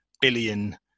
billion